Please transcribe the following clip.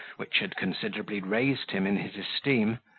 which had considerably raised him in his esteem,